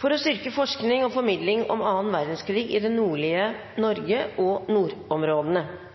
for å styrke forskning og formidling om annen verdenskrig i det nordlige Norge og nordområdene.